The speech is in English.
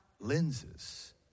lenses